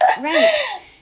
right